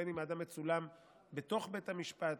בין שהאדם מצולם בתוך בית המשפט,